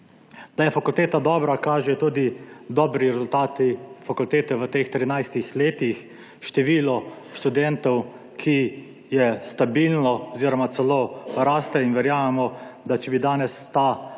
Da je fakulteta dobra, kažejo tudi dobri rezultati fakultete v teh 13 letih. Število študentov je stabilno oziroma celo raste in verjamemo, da če bi danes ta